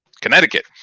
Connecticut